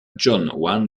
john